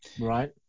Right